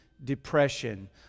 depression